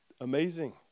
amazing